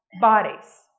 bodies